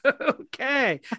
Okay